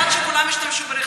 כי אני בעד שכולם ישתמשו ברכב,